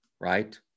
Right